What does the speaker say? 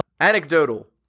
Anecdotal